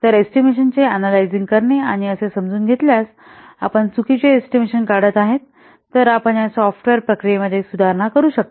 तर एस्टिमेशनांचे अनालायझिंग करणे आणि असे समजून घेतल्यास आपण चुकीचे एस्टिमेशन काढत आहेत तर आपण या सॉफ्टवेअर प्रक्रियेमध्ये सुधारणा करू शकता